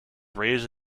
raised